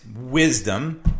wisdom